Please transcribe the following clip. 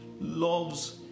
Loves